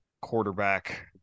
quarterback